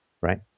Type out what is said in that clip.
right